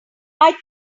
taught